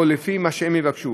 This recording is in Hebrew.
או לפי מה שהם יבקשו.